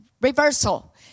reversal